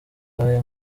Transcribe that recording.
naraye